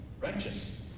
righteous